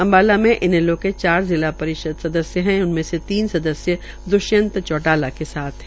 अम्बाला से इनैलो के चार जिला परिषद सदस्य है उनमे से तीन सदस्य द्वष्यंत चौटाला के साथ है